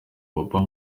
papa